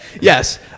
Yes